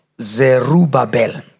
Zerubbabel